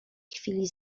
chwili